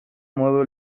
modu